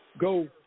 go